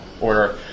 order